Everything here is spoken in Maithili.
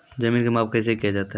जमीन की माप कैसे किया जाता हैं?